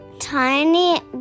Tiny